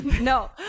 No